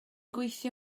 gweithio